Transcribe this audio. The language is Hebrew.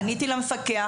פניתי למפקח,